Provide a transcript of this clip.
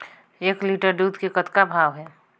एक लिटर दूध के कतका भाव हे?